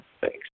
Thanks